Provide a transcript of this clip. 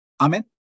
Amen